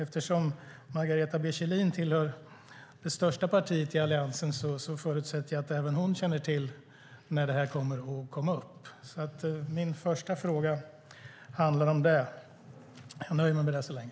Eftersom Margareta B Kjellin tillhör det största partiet i Alliansen förutsätter jag att även hon känner till när det här kommer upp. Min första fråga handlar om det, och jag nöjer mig med det så länge.